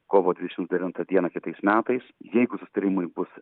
kovo dvidešimt devintą dieną kitais metais jeigu susitarimui bus